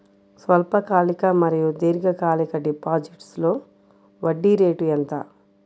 స్వల్పకాలిక మరియు దీర్ఘకాలిక డిపోజిట్స్లో వడ్డీ రేటు ఎంత?